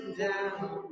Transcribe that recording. down